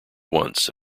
once